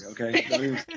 okay